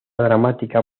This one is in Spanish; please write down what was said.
dramática